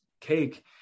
cake